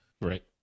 Right